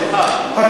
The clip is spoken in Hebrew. סליחה,